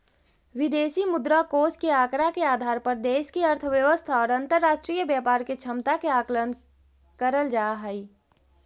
विदेशी मुद्रा कोष के आंकड़ा के आधार पर देश के अर्थव्यवस्था और अंतरराष्ट्रीय व्यापार के क्षमता के आकलन करल जा हई